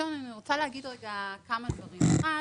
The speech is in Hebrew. תחשבו על